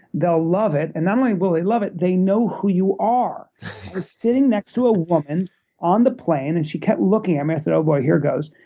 they'll love it. and not only will they love it, they know who you sitting next to a woman on the plane, and she kept looking at me. i said, oh, boy, here goes.